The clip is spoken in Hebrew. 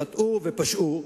חטאו ופשעו,